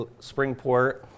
Springport